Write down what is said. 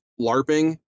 LARPing